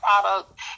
product